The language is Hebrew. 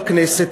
בכנסת,